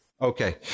Okay